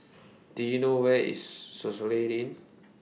Do YOU know Where IS Soluxe Inn